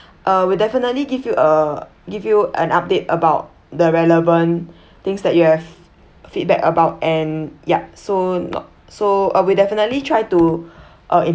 uh we'll definitely give you uh give you an update about the relevant things that you have feedback about and ya so so we'll definitely try to improve